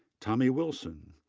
tommy wilson,